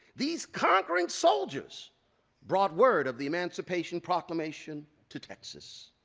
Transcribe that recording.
these conquering soldiers brought word of the emancipation proclamation to texas.